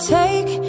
take